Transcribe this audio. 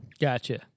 Gotcha